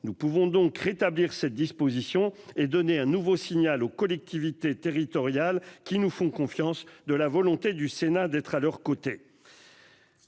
Nous pouvons donc rétablir cette disposition et donner un nouveau signal aux collectivités territoriales qui nous font confiance, de la volonté du Sénat d'être à leurs côtés.